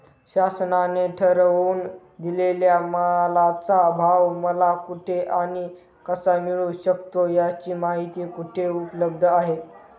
शासनाने ठरवून दिलेल्या मालाचा भाव मला कुठे आणि कसा मिळू शकतो? याची माहिती कुठे उपलब्ध आहे?